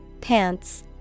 Pants